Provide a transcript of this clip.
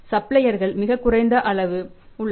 சப்ளையர்கள் மிகக் குறைந்த அளவு உள்ளனர்